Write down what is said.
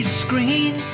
screen